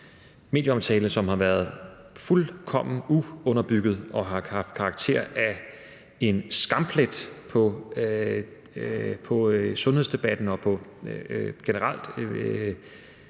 medieomtale, som har været fuldkommen uunderbygget og har haft karakter af at være en skamplet på sundhedsdebatten og generelt